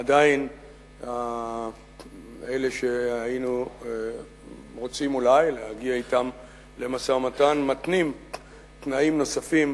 עדיין אלה שהיינו רוצים אולי להגיע אתם למשא-ומתן מתנים תנאים נוספים,